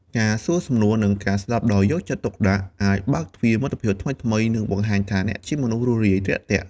ការសួរសំណួរ និងស្ដាប់ដោយយកចិត្តទុកដាក់អាចបើកទ្វារមិត្តភាពថ្មីៗ និងបង្ហាញថាអ្នកជាមនុស្សរួសរាយរាក់ទាក់។